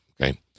okay